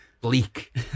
bleak